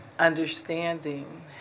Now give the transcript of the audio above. understanding